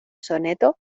soneto